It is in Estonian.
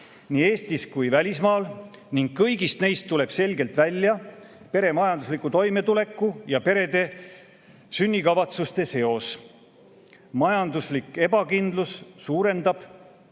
nii Eestis kui ka välismaal ning kõigist neist tuleb selgelt välja pere majandusliku toimetuleku ja perede sünnikavatsuste seos. Majanduslik ebakindlus suurendab